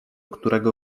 którego